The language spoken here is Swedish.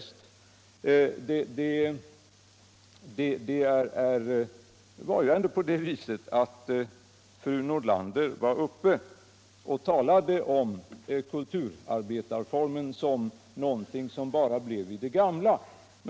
Det är ändå på det sättet att fru Nordlander talade om kulturarbetarformen som någonting som bara blev vid det gamla.